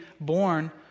born